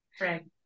Right